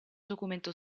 documento